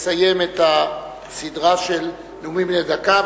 תסיים את הסדרה של נאומים בני דקה,